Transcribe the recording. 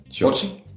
watching